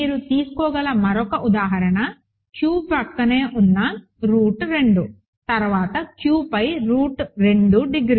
మీరు తీసుకోగల మరొక ఉదాహరణ Q ప్రక్కనే ఉన్న రూట్ 2 తర్వాత Q పై రూట్ 2 డిగ్రీ